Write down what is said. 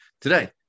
today